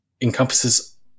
encompasses